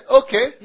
okay